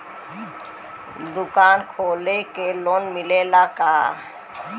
दुकान खोले के लोन मिलेला का?